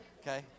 Okay